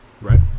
right